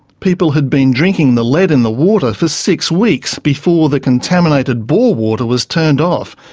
people had been drinking the lead in the water for six weeks before the contaminated bore water was turned off,